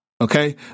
Okay